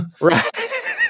right